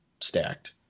stacked